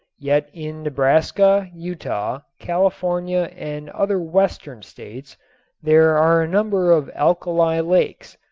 yet in nebraska, utah, california and other western states there are a number of alkali lakes,